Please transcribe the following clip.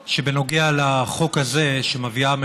הכספים שמועברים לידי הרשות בהתאם